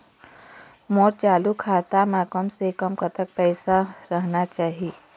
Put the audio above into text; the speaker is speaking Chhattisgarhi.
मोर चालू खाता म कम से कम कतक पैसा रहना चाही?